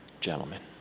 gentlemen